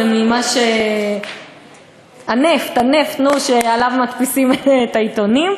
זה מהנפט שעליו מדפיסים את העיתונים,